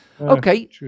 Okay